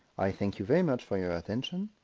i thank you very much for your attention,